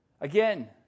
Again